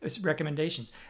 recommendations